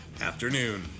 afternoon